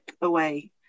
away